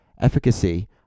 efficacy